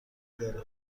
داره